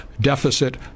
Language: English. deficit